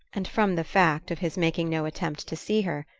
and from the fact of his making no attempt to see her,